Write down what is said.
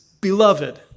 beloved